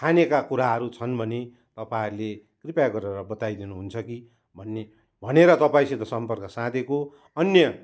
खानेका कुराहरू छन् भने तपाईँले कृपया गरेर बताइदिनु हुनुहुन्छ कि भन्ने भनेर तपाईँसित सम्पर्क साधेको अन्य